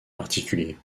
particulier